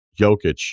Jokic